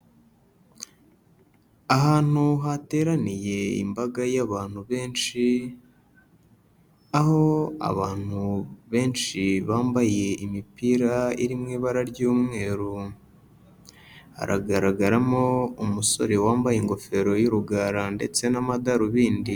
Ahantu hateraniye imbaga y'abantu benshi aho abantu benshi bambaye imipira iri mu ibara ry'umweru, haragaragaramo umusore wambaye ingofero y'urugara ndetse n'amadarubindi.